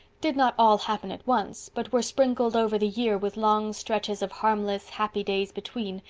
did not all happen at once, but were sprinkled over the year, with long stretches of harmless, happy days between,